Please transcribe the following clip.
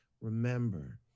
remember